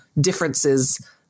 differences